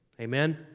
Amen